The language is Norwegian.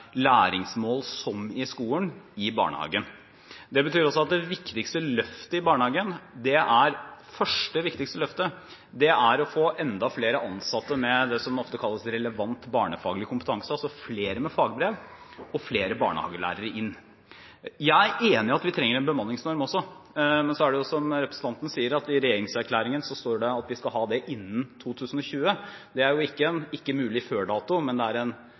læringsmål i barnehagen som vi har i skolen. Det første, viktigste løftet i barnehagen er å få inn enda flere ansatte med det som ofte kalles relevant barnefaglig kompetanse, altså flere med fagbrev, og flere barnehagelærere. Jeg er enig i at vi trenger en bemanningsnorm også, men så er det slik, som representanten sier, at i regjeringserklæringen står det at vi skal ha det innen 2020. Det er ikke en ikke-mulig før-dato, men det er